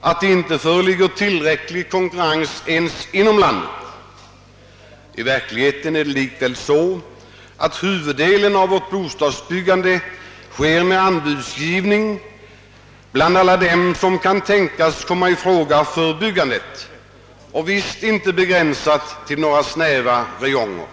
att det inte föreligger tillräcklig konkurrens ens inom landet. I verkligheten är det likväl så att huvuddelen av vårt bostadsbyggande sker med anbudsgivning bland alla dem som kan tänkas komma i fråga för byggande. Detta är visst inte begränsat till några snäva räjonger.